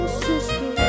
sister